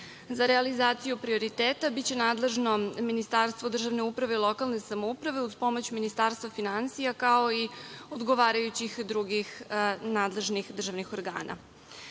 realizaciju prioriteta biće nadležno Ministarstvo državne uprave i lokalne samouprave uz pomoć Ministarstva finansija, kao i odgovarajućih drugih nadležnih državnih organa.